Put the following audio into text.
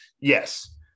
Yes